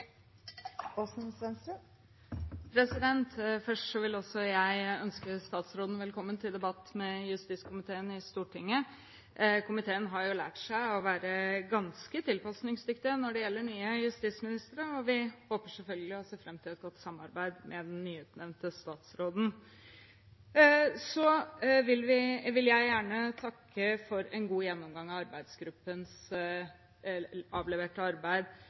vil også jeg ønske statsråden velkommen til debatt med justiskomiteen i Stortinget. Komiteen har lært seg å være ganske tilpasningsdyktig når det gjelder nye justisministre, og vi håper selvfølgelig og ser fram til et godt samarbeid med den nyutnevnte statsråden. Så vil jeg gjerne takke for en god gjennomgang av arbeidsgruppens avleverte arbeid.